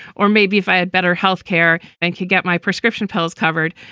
or maybe if i had better health care and could get my prescription pills covered.